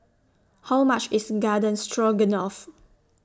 How much IS Garden Stroganoff